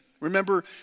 Remember